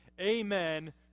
Amen